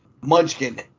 Munchkin